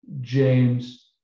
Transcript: James